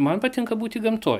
man patinka būti gamtoj